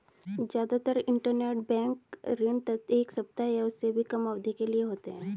जादातर इन्टरबैंक ऋण एक सप्ताह या उससे भी कम अवधि के लिए होते हैं